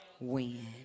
Win